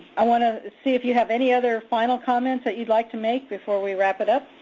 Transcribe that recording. i want to see if you have any other final comments that you'd like to make before we wrap it up?